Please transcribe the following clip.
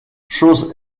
chose